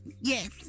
Yes